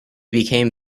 became